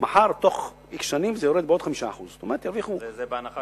ובתוך x שנים זה יורד בעוד 5%. וזה בהנחה